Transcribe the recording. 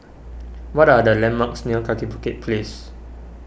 what are the landmarks near Kaki Bukit Place